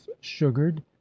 sugared